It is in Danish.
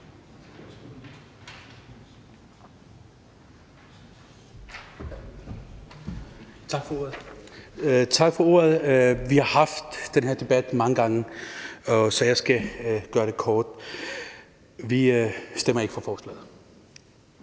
Tak for ordet. Vi har haft den her debat mange gange, så jeg skal gøre det kort: Vi stemmer ikke for forslaget.